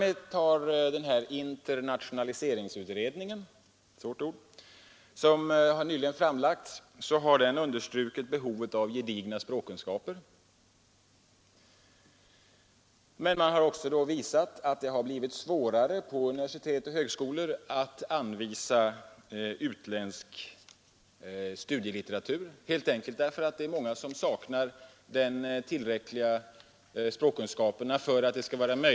Den s.k. internationaliseringsutredningen, som nyligen framlagt sitt betänkande, har understrukit behovet av gedigna språkkunskaper men har också visat att det blivit svårare att vid universitet och högskolor anvisa utländsk litteratur helt enkelt på grund av studenternas bristande språkkunskaper.